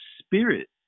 spirit